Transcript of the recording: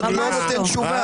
לא נותן תשובה.